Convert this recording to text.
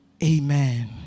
Amen